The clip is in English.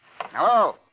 Hello